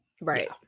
Right